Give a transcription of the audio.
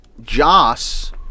Joss